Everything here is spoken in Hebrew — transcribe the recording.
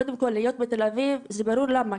קודם כל להיות בתל אביב זה ברור למה,